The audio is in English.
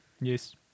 Yes